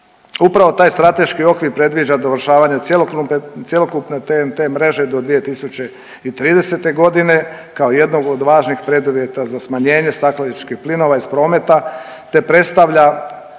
Upravo taj strateški okvir predviđa dovršavanje cjelokupne TEN-T mreže do 2030. g. kao jednog od važnih preduvjeta za smanjenje stakleničkih plinova iz prometa te predstavlja,